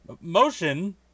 Motion